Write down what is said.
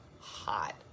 hot